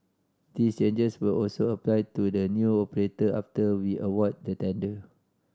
these changes will also apply to the new operator after we award the tender